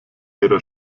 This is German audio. ihrer